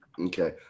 Okay